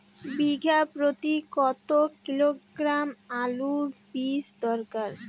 বিঘা প্রতি কত কিলোগ্রাম আলুর বীজ দরকার?